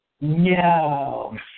no